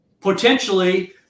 potentially